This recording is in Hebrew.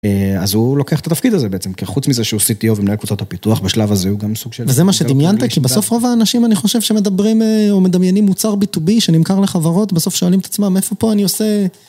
אז הוא לוקח את התפקיד הזה בעצם, כי חוץ מזה שהוא CTO ומנהל קבוצות הפיתוח, בשלב הזה הוא גם סוג של... - וזה מה שדמיינת, כי בסוף רוב האנשים אני חושב שמדברים, או מדמיינים מוצר b2b שנמכר לחברות, בסוף שואלים את עצמם, איפה פה אני עושה...